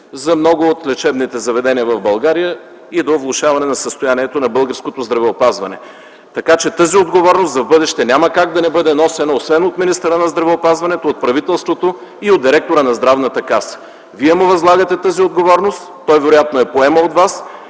за много от лечебните заведения в България и до влошаване на състоянието на българското здравеопазване. Така че тази отговорност в бъдеще няма как да не бъде носена освен от министъра на здравеопазването, от правителството и от директора на Здравната каса. Вие му възлагате тази отговорност, той вероятно я поема от вас